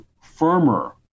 firmer